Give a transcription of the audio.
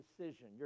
decision